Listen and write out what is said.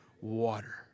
Water